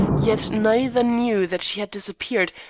yet neither knew that she had disappeared,